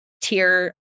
tier